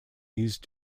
used